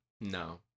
No